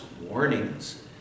warnings